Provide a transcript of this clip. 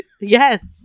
Yes